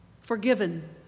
forgiven